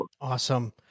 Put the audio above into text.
Awesome